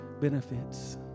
benefits